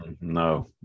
no